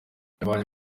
yavanye